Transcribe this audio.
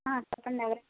చెప్పండి ఎవరండి